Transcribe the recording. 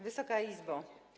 Wysoka Izbo!